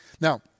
Now